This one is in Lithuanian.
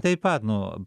taip pat nu